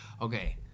Okay